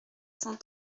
cent